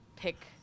pick